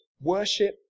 Worship